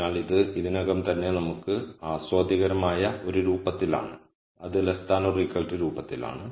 അതിനാൽ ഇത് ഇതിനകം തന്നെ നമുക്ക് ആസ്വാദ്യകരമായ ഒരു രൂപത്തിലാണ് അത് രൂപത്തിലാണ്